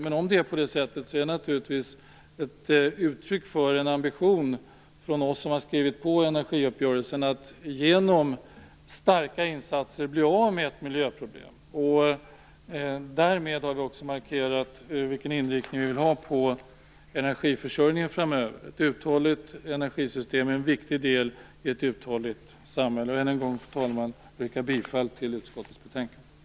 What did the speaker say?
Men för oss som skrivit på energiuppgörelsen är det naturligtvis ett uttryck för vår ambition att genom starka insatser bli av med ett miljöproblem. Därmed har vi också markerat vilken inriktning vi vill ha på energiförsörjningen framöver. Ett uthålligt energisystem är en viktig det i ett uthålligt samhälle. Jag yrkar än en gång bifall till utskottets hemställan i betänkandet.